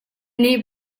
nih